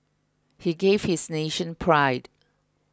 he gave this nation pride